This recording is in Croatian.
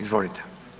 Izvolite.